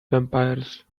vampires